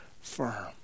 firm